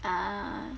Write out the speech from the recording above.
ah